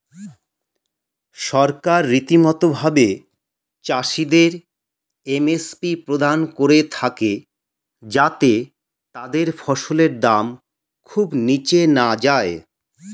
সরকার রীতিমতো ভাবে চাষিদের এম.এস.পি প্রদান করে থাকে যাতে তাদের ফসলের দাম খুব নীচে না যায়